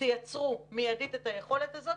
תייצרו מידית את היכולת הזאת,